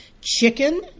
chicken